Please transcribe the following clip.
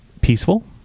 peaceful